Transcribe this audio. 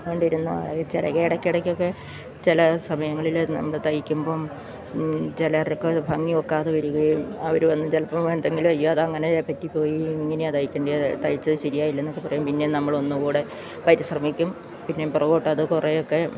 കൊണ്ടിരുന്നു അത് ചിലപ്പോൾ ഇടയ്ക്കിടയ്ക്കൊക്കെ ചില സമയങ്ങളിൽ നമ്മൾ തയ്ക്കുമ്പം ചിലവർക്ക് അത് ഭംഗി ഒക്കാതെ വരികയും അവർ വന്ന് ചിലപ്പം എന്തെങ്കിലും അയ്യോ അത് അങ്ങനെ അല്ല പറ്റിപ്പോയി ഇങ്ങനെയാണ് തയ്യ്ക്കേണ്ടത് തയ്ച്ചത് ശരിയായില്ലെന്നൊക്കെ പറയും പിന്നെ നമ്മളൊന്നുകൂടി പരിശ്രമിക്കും പിന്നെ പുറകോട്ട് അത് കുറേയൊക്കെ